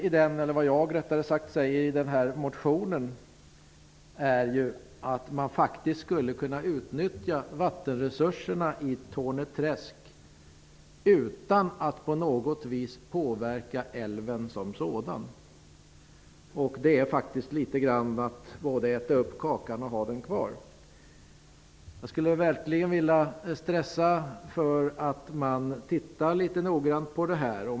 I den här motionen säger jag att man faktiskt skulle kunna utnyttja vattenresurserna i Torne träsk utan att på något vis påverka älven som sådan. Det är litet grand att både äta upp kakan och ha den kvar. Jag vill verkligen ''stressa'' för att man tittar noggrant på detta.